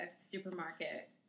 supermarket